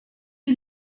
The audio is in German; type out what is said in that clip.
die